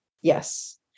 Yes